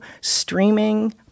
streaming